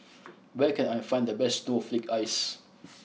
where can I find the best Snowflake Ice